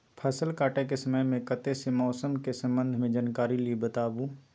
फसल काटय के समय मे कत्ते सॅ मौसम के संबंध मे जानकारी ली बताबू?